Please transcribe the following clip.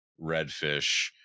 redfish